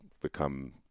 become